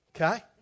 okay